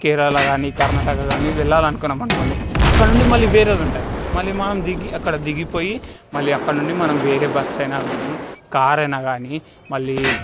కేరళ కాని కర్ణాటక కాని వెళ్ళాలనుకున్నాం అనుకోండి అక్కడి నుండి మళ్ళీ వేరేదుంటాది మళ్ళీ మనం దిగి అక్కడ దిగిపోయి మళ్ళీ అక్కడ ఉండి మనం వేరే బస్సు అయినా కాని కార్ అయినా కాని మళ్ళీ